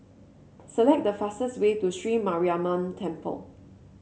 select the fastest way to Sri Mariamman Temple